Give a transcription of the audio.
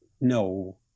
no